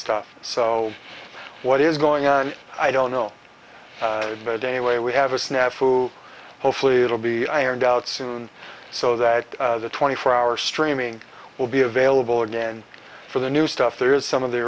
stuff so what is going on i don't know but anyway we have a snafu hopefully it'll be ironed out soon so that the twenty four hour streaming will be available again for the new stuff there is some of the